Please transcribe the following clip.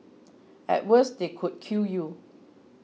at worst they could kill you